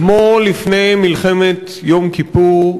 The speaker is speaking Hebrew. כמו לפני מלחמת יום כיפור,